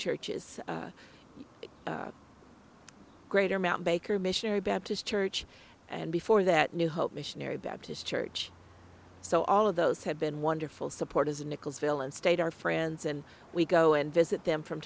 churches greater mt baker missionary baptist church and before that new hope missionary baptist church so all of those had been wonderful supporters nichols villain state are friends and we go and visit them from